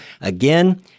Again